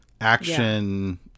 action